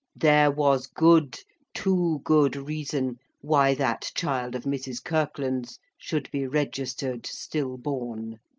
there was good too good reason why that child of mrs. kirkland's should be registered stillborn.